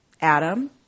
Adam